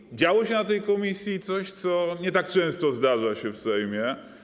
I działo się w tej komisji coś, co nie tak często zdarza się w Sejmie.